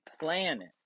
planet